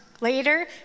Later